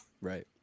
right